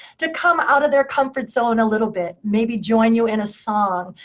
to come out of their comfort zone a little bit? maybe join you in a song.